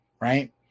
right